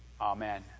Amen